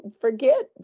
forget